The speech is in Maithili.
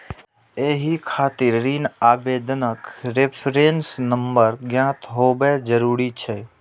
एहि खातिर ऋण आवेदनक रेफरेंस नंबर ज्ञात होयब जरूरी छै